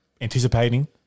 anticipating